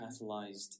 catalyzed